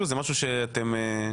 זה משהו שאתם בודקים?